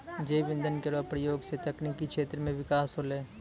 जैव इंधन केरो प्रयोग सँ तकनीकी क्षेत्र म बिकास होलै